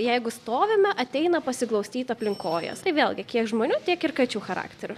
jeigu stovime ateina pasiglaustyt aplink kojas tai vėlgi kiek žmonių tiek ir kačių charakterių